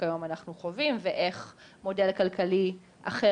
שכיום אנחנו חווים ואיך מודל כלכלי אחר,